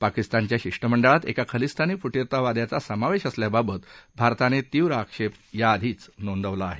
पाकिस्तानच्या शिष्टमंडळात एका खलिस्तानी फुटींचतावाद्याचा समावेश असल्याबाबत भारताने तीव्र आक्षेप याधीच नोंदवला आहे